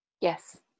yes